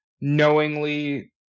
knowingly